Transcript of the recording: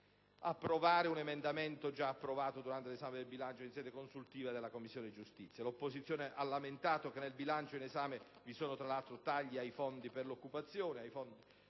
approvare un emendamento già approvato durante l'esame del bilancio in sede consultiva dalla Commissione giustizia. L'opposizione ha lamentato che nel bilancio in esame vi sono, tra l'altro, tagli al Fondo per l'occupazione, ai fondi